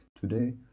Today